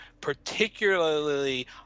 particularly